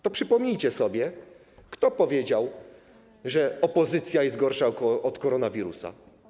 To przypomnijcie sobie, kto powiedział, że opozycja jest gorsza od koronawirusa.